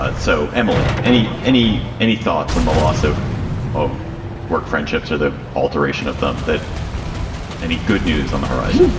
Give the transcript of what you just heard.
but so, emily, any any any thoughts on the loss of of work friendships? are the alteration of them that any good news on the horizon?